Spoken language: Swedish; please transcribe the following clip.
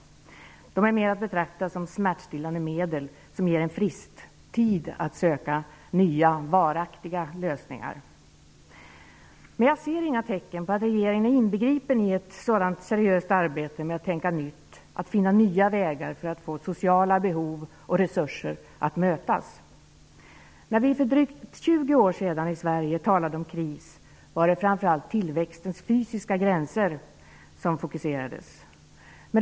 De är mer att betrakta som smärtstillande medel som ger en frist, tid att söka nya, varaktiga lösningar. Jag ser emellertid inga tecken på att regeringen är inbegripen i ett sådant seriöst arbete med att tänka nytt, att finna nya vägar för att få sociala behov och resurser att mötas. När vi för drygt 20 år sedan i Sverige talade om kris, var det framför allt tillväxtens fysiska gränser som fokuserades.